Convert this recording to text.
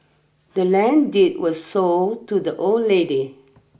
the land deed was sold to the old lady